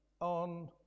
on